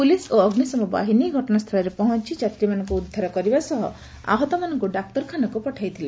police ଓ ଅଗ୍ରିଶମ ବାହିନୀ ଘଟଣାସ୍ସଳରେ ପହଞ୍ ଯାତ୍ରୀମାନଙ୍କୁ ଉଦ୍ଧାର କରିବା ସହ ଆହତମାନଙ୍କୁ ଡାକ୍ତରଖାନାକୁ ପଠାଇଥିଲେ